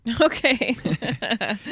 Okay